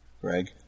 Greg